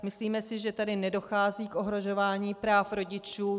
Myslíme si, že tady nedochází k ohrožování práv rodičů.